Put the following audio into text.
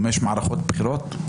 חמש מערכות בחירות?